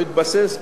מתבסס,